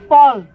Paul